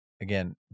again